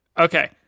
Okay